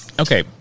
Okay